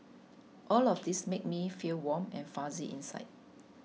all of these make me feel warm and fuzzy inside